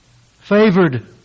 favored